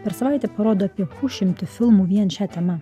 per savaitę parodo apie pusšimtį filmų vien šia tema